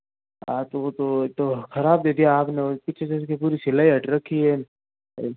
हाँ तो वो तो एक तो खराब दे दिया आपने और पीछे से इसकी पूरी सिलाई हट रखी है एक